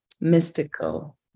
mystical